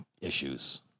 issues